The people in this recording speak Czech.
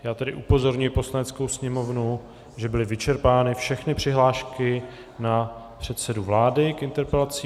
Já tedy upozorňuji Poslaneckou sněmovnu, že byly vyčerpány všechny přihlášky na předsedu vlády k interpelacím.